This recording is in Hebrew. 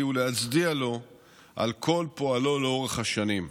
ולהצדיע לו על כל פועלו לאורך השנים.